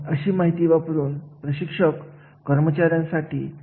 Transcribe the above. यासाठी कोणते प्रशिक्षण कार्यक्रम आयोजित करण्यात यावेत